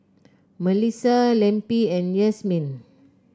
Melisa Lempi and Yasmine